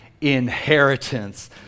inheritance